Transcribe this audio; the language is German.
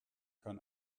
kann